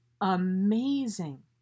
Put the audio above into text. amazing